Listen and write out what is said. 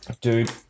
Dude